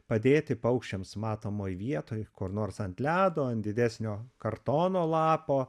padėti paukščiams matomoj vietoj kur nors ant ledo ant didesnio kartono lapo